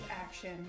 action